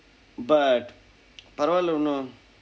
but பரவாயில்லை ஒன்னும்:paravaayillai onnum